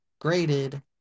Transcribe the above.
graded